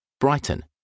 Brighton